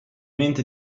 mente